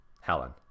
helen